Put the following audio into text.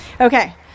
Okay